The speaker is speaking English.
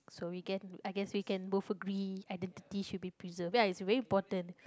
so we I guess we can both agree identity should be preserved ya is very important